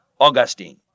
Augustine